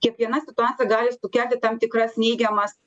kiekviena situacija gali sukelti tam tikras neigiamas